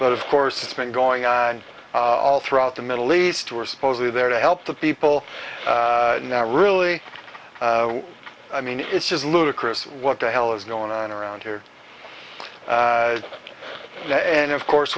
but of course it's been going on all throughout the middle east who are supposedly there to help the people now really i mean it's just ludicrous what the hell is going on around here and of course